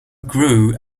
grew